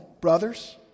brothers